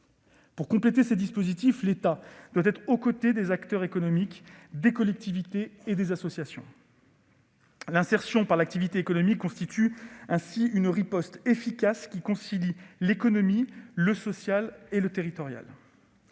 Pour compléter ces dispositifs, l'État doit être aux côtés des acteurs économiques, des collectivités territoriales et des associations. L'insertion par l'activité économique constitue ainsi une riposte efficace, qui concilie l'économique, le social et le territorial.